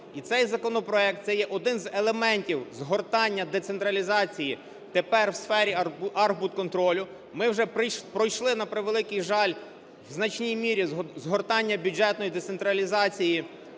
І цей законопроект – це є один з елементів згортання децентралізації тепер в сфері архбудконтролю. Ми вже пройшли, на превеликий жаль, у значній мірі згортання бюджетної децентралізації